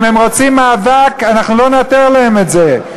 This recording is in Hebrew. אם הם רוצים מאבק, אנחנו לא נתיר להם את זה.